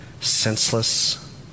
senseless